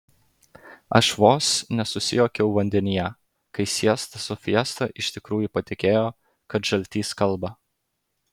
aš vos nesusijuokiau vandenyje kai siesta su fiesta iš tikrųjų patikėjo kad žaltys kalba